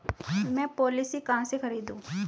मैं पॉलिसी कहाँ से खरीदूं?